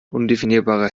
undefinierbare